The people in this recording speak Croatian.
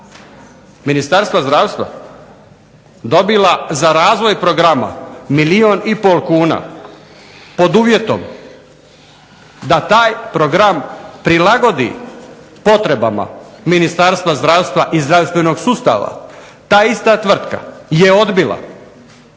Ministarstva zdravstva dobila za razvoj programa milijun i pol kuna, pod uvjetom da taj program prilagodi potrebama Ministarstva zdravstva i zdravstvenog sustava ta ista tvrtka je odbila